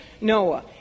Noah